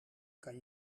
kan